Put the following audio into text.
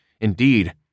Indeed